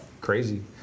crazy